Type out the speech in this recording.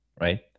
right